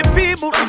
people